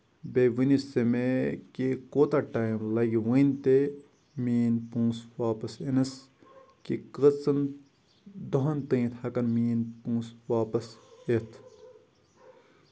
بیٚیہِ ؤنو سہ مےٚ کہِ کوٗتاہ ٹایم لگہِ ؤنۍ تہِ میٲنۍ پونسہٕ واپَس یِنَس کہِ کٲژَن دۄہَن تانۍ ہٮ۪کن میٲنۍ پونسہٕ واپَس یِتھ